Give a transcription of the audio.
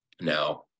Now